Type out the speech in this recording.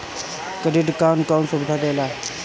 Credit card कौन सुबिधा देला?